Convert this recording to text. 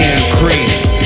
increase